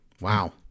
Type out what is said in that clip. Wow